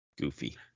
goofy